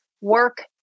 work